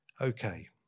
Okay